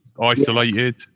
isolated